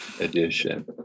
edition